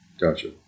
Gotcha